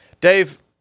Dave